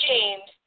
James